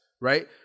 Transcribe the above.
right